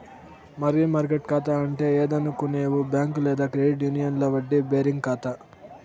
money market కాతా అంటే ఏందనుకునేవు బ్యాంక్ లేదా క్రెడిట్ యూనియన్ల వడ్డీ బేరింగ్ కాతా